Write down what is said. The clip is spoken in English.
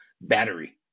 battery